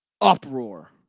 uproar